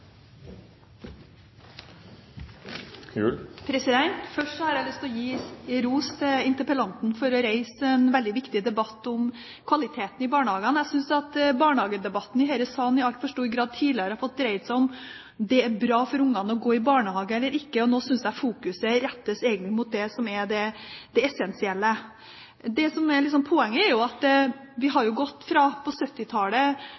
Først har jeg lyst til å gi ros til interpellanten for å reise en veldig viktig debatt om kvaliteten i barnehagene. Jeg synes at barnehagedebatten i denne salen i altfor stor grad tidligere har fått dreie seg om hvorvidt det er bra for barna å gå i barnehage eller ikke, og nå synes jeg egentlig fokuset rettes mot det som er det essensielle. Det som er poenget, er at vi